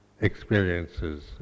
experiences